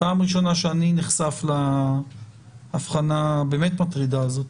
פעם ראשונה שאני נחשף להבחנה המטרידה הזאת.